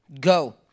go